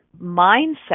mindset